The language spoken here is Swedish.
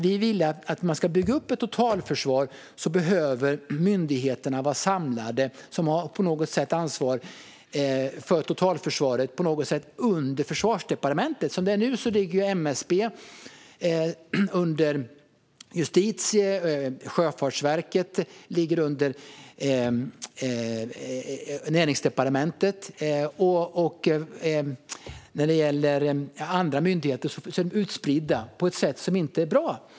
Om man ska bygga upp ett totalförsvar vill vi att de myndigheter som har ansvar för totalförsvaret på något sätt ska vara samlade under Försvarsdepartementet. Som det är nu ligger MSB under Justitiedepartementet. Sjöfartsverket ligger under Näringsdepartementet. Andra myndigheter är utspridda på ett sätt som inte är bra.